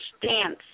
dance